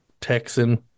Texan